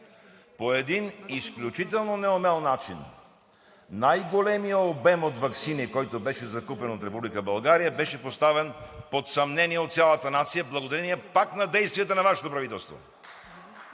по един изключително неумел начин – най-големият обем от ваксини, който беше закупен от Република България, беше поставен под съмнение от цялата нация и пак благодарение на действията на Вашето правителство.